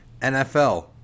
NFL